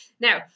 Now